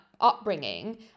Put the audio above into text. upbringing